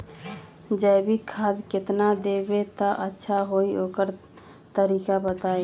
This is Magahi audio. जैविक खाद केतना देब त अच्छा होइ ओकर तरीका बताई?